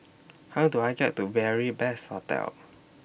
How Do I get to Beary Best Hostel